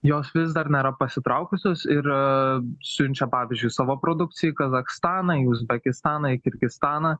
jos vis dar nėra pasitraukusios ir siunčia pavyzdžiui savo produkcijai kazachstaną į uzbekistaną į kirgizstaną